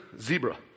zebra